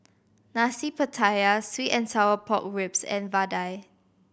Nasi Pattaya sweet and sour pork ribs and vadai